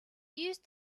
use